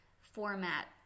format